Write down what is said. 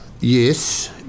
Yes